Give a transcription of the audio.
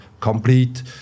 complete